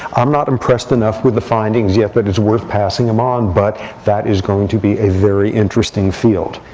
i'm not impressed enough with the findings yet that it's worth passing them on. but that is going to be a very interesting field.